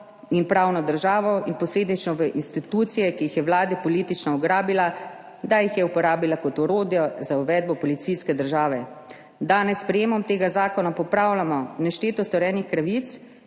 in pravno državo in posledično v institucije, ki jih je Vlada politično ugrabila, da jih je uporabila kot orodje za uvedbo policijske države. Danes s sprejetjem tega zakona popravljamo nešteto storjenih krivic